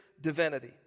divinity